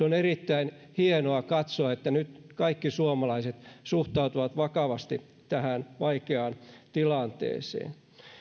on erittäin hienoa katsoa miten nyt kaikki suomalaiset suhtautuvat vakavasti tähän vaikeaan tilanteeseen